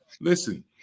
listen